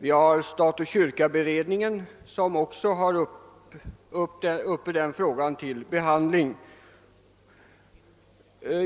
och 1968 års beredning om stat och kyrka har den också uppe till behandling.